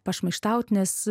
pašmaikštaut nes